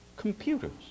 computers